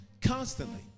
Constantly